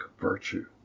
virtue